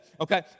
okay